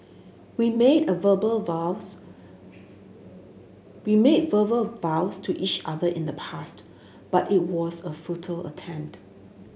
we made verbal vows we made verbal vows to each other in the past but it was a futile attempt